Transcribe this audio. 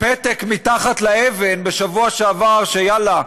פתק מתחת לאבן בשבוע שעבר, שיאללה,